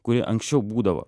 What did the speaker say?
kuri anksčiau būdavo